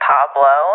Pablo